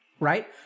Right